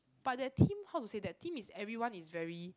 but that team how to say that team is everyone is very